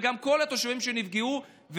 וגם לא את כל התושבים שנפגעו וכרגע